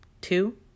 two